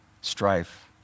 strife